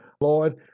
Lord